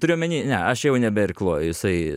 turiu omeny ne aš jau nebeirkluoju jisai